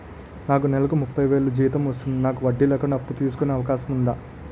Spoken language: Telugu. నాకు నేలకు ముప్పై వేలు జీతం వస్తుంది నాకు వడ్డీ లేకుండా అప్పు తీసుకునే అవకాశం ఉందా